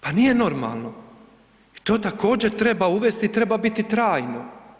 Pa nije normalno i to također, treba uvesti i treba biti trajno.